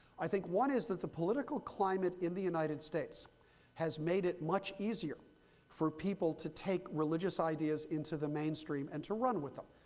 i think one is that the political climate in the united states has made it much easier for people to take religious ideas into the mainstream and to run with them,